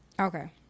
Okay